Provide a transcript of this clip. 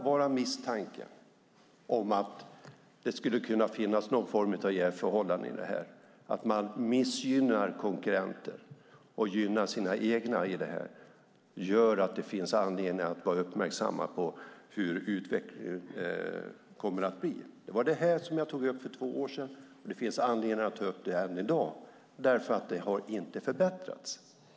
Bara misstanken om att det skulle kunna finnas någon form av jävsförhållanden i detta, att man missgynnar konkurrenter och gynnar sina egna, gör att vi har anledning att vara uppmärksamma på hur utvecklingen kommer att bli. Jag tog upp detta för två år sedan, och det finns anledning att ta upp det även i dag, för det har inte förbättrats.